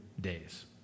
days